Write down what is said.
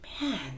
man